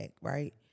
right